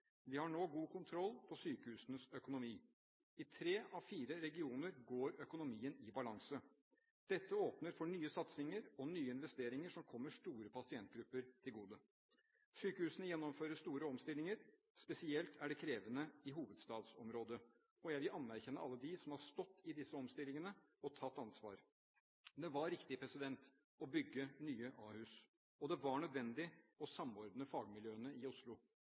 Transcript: Vi har nå god kontroll på sykehusenes økonomi. I tre av fire regioner går økonomien i balanse. Dette åpner for nye satsinger og nye investeringer som kommer store pasientgrupper til gode. Sykehusene gjennomfører store omstillinger. Spesielt er det krevende i hovedstadsområdet. Jeg vil anerkjenne alle dem som har stått i disse omstillingene og tatt ansvar. Det var riktig å bygge nye Ahus, og det var nødvendig å samordne fagmiljøene i Oslo.